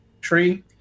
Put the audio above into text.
tree